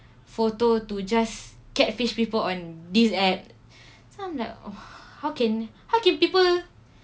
photo to just catfish people on this app so I'm like how can how can people